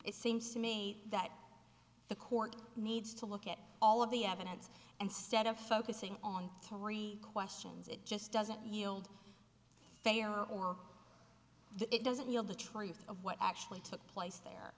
it seems to me that the court needs to look at all of the evidence and stead of focusing on three questions it just doesn't yield fair or it doesn't yield the truth of what actually took place the